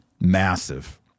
Massive